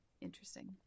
Interesting